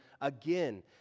again